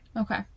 Okay